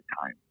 time